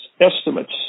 estimates